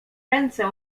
ręce